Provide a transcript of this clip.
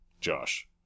Josh